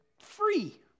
free